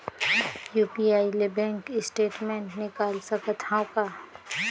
UPI ले bank statement निकाल सकत हवं का?